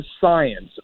science